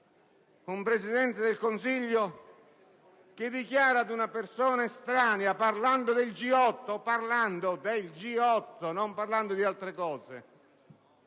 Un Presidente del Consiglio che ad una persona estranea, parlando del G8 (parlando del G8, non di altre cose),